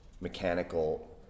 mechanical